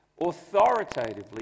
authoritatively